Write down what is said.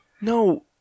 No